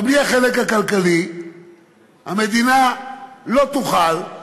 אבל בלי החלק הכלכלי המדינה לא תוכל.